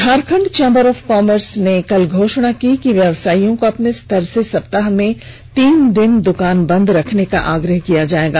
Jharkhand Chamber of Commerce ने कल घोषणा की है कि व्यवसायियों को अपने स्तर से सप्ताह में तीन दिन दुकान बंद रखने का आग्रह किया जाएगा